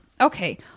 Okay